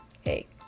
Hey